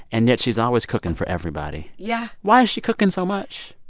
and yet she's always cooking for everybody yeah why is she cooking so much?